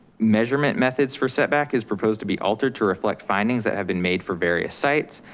measurement methods for setback is proposed to be altered to reflect findings that have been made for various sites,